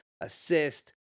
assist